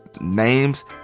names